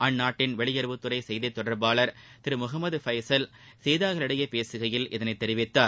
அந்நாட்டின் வெளியுறவுத்துறை செய்தி தொடர்பாளர் திரு முகம்மது பைசல் செய்தியாளர்களிடம் பேசுகையில் இதனை தெரிவித்தார்